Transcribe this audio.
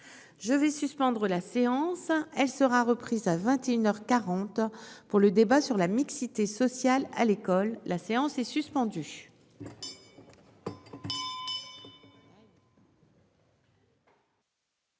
Je vais suspendre la séance. Elle sera reprise à 21h 40 pour le débat sur la mixité sociale à l'école, la séance est suspendue.